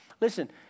Listen